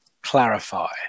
clarify